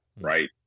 right